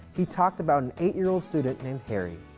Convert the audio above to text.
he talked about an eight year old student named harry.